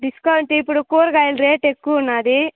discount ఇప్పుడు కూరగాయల రేటు ఎక్కువ ఉంది